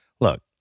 look